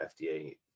FDA